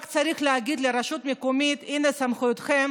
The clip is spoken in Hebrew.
רק צריך להגיד לרשויות מקומית: הינה סמכותכם,